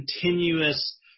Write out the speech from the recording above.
continuous